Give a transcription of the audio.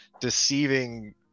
deceiving